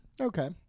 Okay